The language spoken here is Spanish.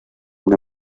una